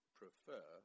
prefer